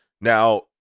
Now